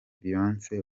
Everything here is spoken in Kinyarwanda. beyonce